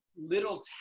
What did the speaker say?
little